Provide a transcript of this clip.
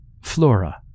Flora